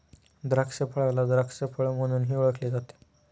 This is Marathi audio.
द्राक्षफळाला द्राक्ष फळ म्हणूनही ओळखले जाते